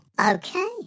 Okay